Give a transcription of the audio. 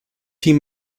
team